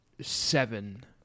seven